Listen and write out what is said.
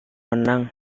menang